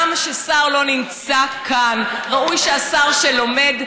וגם כששר לא נמצא כאן ראוי שהשר ילמד,